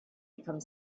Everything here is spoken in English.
become